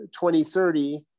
2030